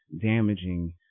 damaging